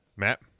Matt